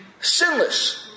sinless